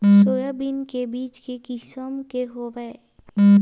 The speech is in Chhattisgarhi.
सोयाबीन के बीज के किसम के हवय?